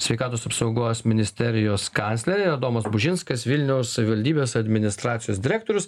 sveikatos apsaugos ministerijos kanclerė domas bužinskas vilniaus savivaldybės administracijos direktorius